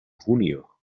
junio